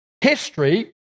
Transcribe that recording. history